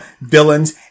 villains